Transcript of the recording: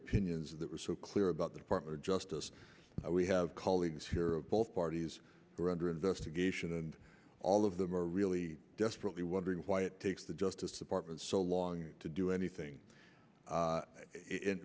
opinions that were so clear about the department of justice we have colleagues here of both parties who are under investigation and all of them are really desperately wondering why it takes the justice department so long to do anything much